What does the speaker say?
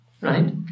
right